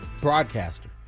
broadcaster